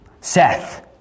Seth